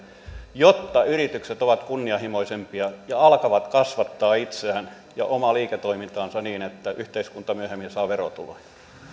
jotta yritykset ovat kunnianhimoisempia ja alkavat kasvattaa itseään ja omaa liiketoimintaansa niin että yhteiskunta myöhemmin saa verotuloja